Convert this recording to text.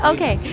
Okay